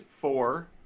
four